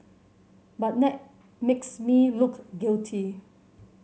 but that makes me look guilty